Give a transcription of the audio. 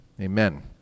Amen